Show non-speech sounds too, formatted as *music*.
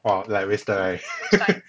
orh like waste time right *laughs*